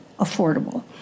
affordable